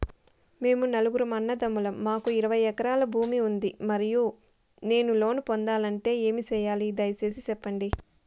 మేము నలుగురు అన్నదమ్ములం మాకు ఇరవై ఎకరాల భూమి ఉంది, మరి నేను లోను పొందాలంటే ఏమి సెయ్యాలి? దయసేసి సెప్పండి?